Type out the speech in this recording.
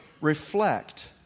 Reflect